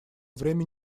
время